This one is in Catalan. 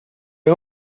hem